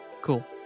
Cool